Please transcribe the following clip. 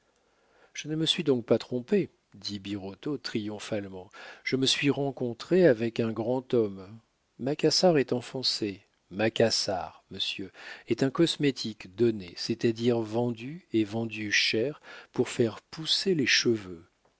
je ne me suis donc pas trompé dit birotteau triomphalement je me suis rencontré avec un grand homme macassar est enfoncé macassar monsieur est un cosmétique donné c'est-à-dire vendu et vendu cher pour faire pousser les cheveux